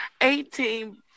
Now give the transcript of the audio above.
eighteen